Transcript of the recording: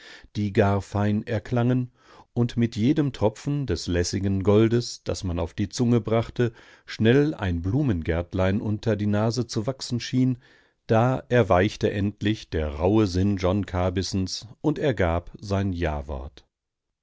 die gar fein erklangen und mit jedem tropfen des flüssigen goldes das man auf die zunge brachte schnell ein blumengärtlein unter die nase zu wachsen schien da erweichte endlich der rauhe sinn john kabyssens und er gab sein jawort